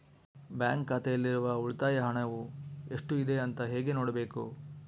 Bank ಖಾತೆಯಲ್ಲಿರುವ ಉಳಿತಾಯ ಹಣವು ಎಷ್ಟುಇದೆ ಅಂತ ಹೇಗೆ ನೋಡಬೇಕು?